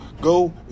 go